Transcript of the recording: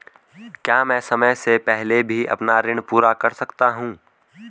क्या मैं समय से पहले भी अपना ऋण पूरा कर सकता हूँ?